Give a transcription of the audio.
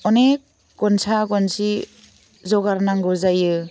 अनेक गनसा गनसि जगार नांगौ जायो